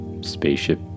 Spaceship